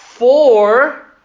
Four